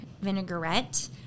vinaigrette